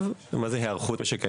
מה זאת היערכות משק האנרגיה?